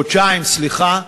חודשיים, סליחה,